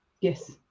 Yes